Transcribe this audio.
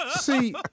See